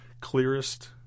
clearest